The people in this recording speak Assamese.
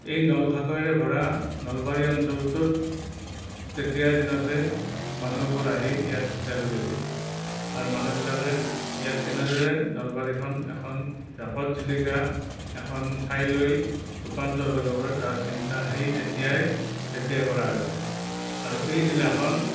এই নল খাগৰিৰে ভৰা নলবাৰী অঞ্চলটোত তেতিয়াৰ দিনতেই মানুহবোৰ আহি ইয়াত থিতাপি লৈছিল আৰু মানুহবিলাকে ইয়াক কেনেদৰে নলবাৰীখন এখন জাকত জিলিকা এখন ঠাইলৈ ৰূপান্তৰ কৰিব পাৰি তাৰ চিন্তা সেই তেতিয়াই তেতিয়াই কৰা হৈছিল আৰু এই জিলাখন